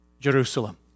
Jerusalem